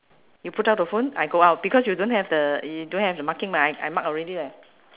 you put down the phone I go out because you don't have the you don't have the marking mah I mark already leh